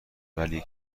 ولی